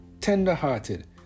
tender-hearted